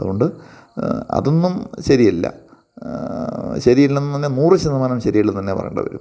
അതുകൊണ്ട് അതൊന്നും ശരിയല്ല ശരിയല്ലെന്നു പറഞ്ഞാൽ നൂറ് ശതമാനം ശരിയല്ലെന്ന് തന്നെ പറയേണ്ടി വരും